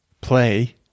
play